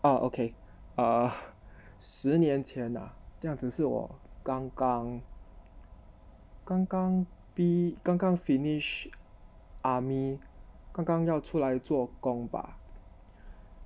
orh okay uh 十年前 ah 这样子是我刚刚刚刚 p~ 刚刚 finish army 刚刚要出来做工吧